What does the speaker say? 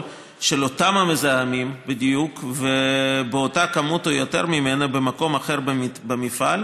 של אותם המזהמים בדיוק ובאותה כמות או יותר ממנה במקום אחר במפעל,